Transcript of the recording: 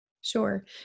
Sure